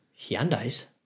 Hyundai's